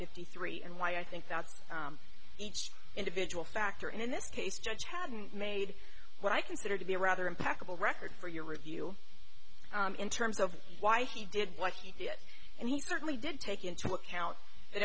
fifty three and why i think that's each individual factor and in this case judge hadn't made what i consider to be a rather impeccable record for your review in terms of why he did what he did and he certainly did take into account that